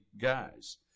guys